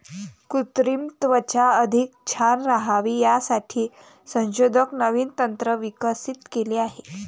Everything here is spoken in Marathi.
कृत्रिम त्वचा अधिक छान राहावी यासाठी संशोधक नवीन तंत्र विकसित केले आहे